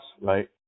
right